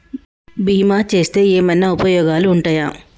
బీమా చేస్తే ఏమన్నా ఉపయోగాలు ఉంటయా?